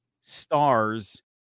stars